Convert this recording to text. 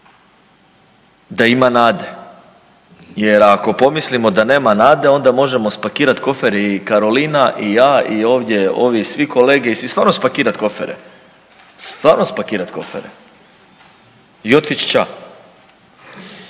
da ima nade jer ako pomislimo da nema nade onda možemo spakirati kofere i Karolina i ja i ovdje ovi svi kolege i svi stvarno spakirat kofere, stvarno spakirat kofere i otić ća.